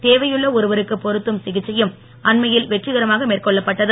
தேவையுள்ள ஒருவருக்குப் பொருத்தும் சிகிச்சையும் அண்மையில் வெற்றிகரமாக மேற்கொள்ளப்பட்டது